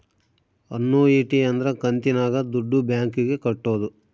annuity ಅಂದ್ರ ಕಂತಿನಾಗ ದುಡ್ಡು ಬ್ಯಾಂಕ್ ಗೆ ಕಟ್ಟೋದು